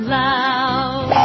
loud